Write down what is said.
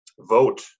vote